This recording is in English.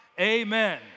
amen